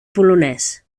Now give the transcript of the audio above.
polonès